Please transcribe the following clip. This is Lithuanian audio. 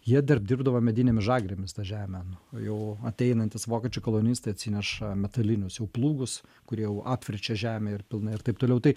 jie dar dirbdavo medinėmis žagrėmis tą žemę n jau ateinantys vokiečių kolonistai atsineša metalinius jau plūgus kurie jau apverčia žemę ir pilnai ir taip toliau tai